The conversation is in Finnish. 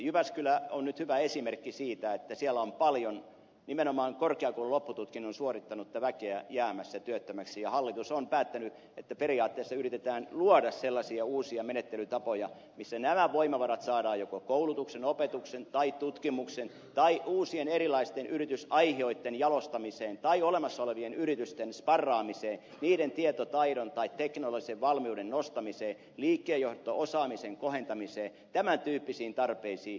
jyväskylä on nyt hyvä esimerkki siitä että siellä on paljon nimenomaan korkeakoululoppututkinnon suorittanutta väkeä jäämässä työttömäksi ja hallitus on päättänyt että periaatteessa yritetään luoda sellaisia uusia menettelytapoja joilla nämä voimavarat saadaan joko koulutuksen opetuksen tai tutkimuksen tai uusien erilaisten yritysaihioitten jalostamiseen tai olemassa olevien yritysten sparraamiseen niiden tietotaidon tai teknologisen valmiuden nostamiseen liikkeenjohto osaamisen kohentamiseen tämän tyyppisiin tarpeisiin